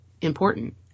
important